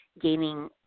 gaining